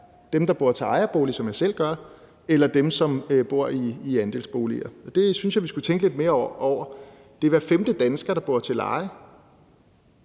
dem, der bor i ejerbolig, som jeg selv gør, eller dem, som bor i andelsboliger. Og det synes jeg vi skal tænke lidt mere over. Det er hver femte dansker, der bor til leje,